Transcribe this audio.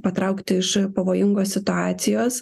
patraukti iš pavojingos situacijos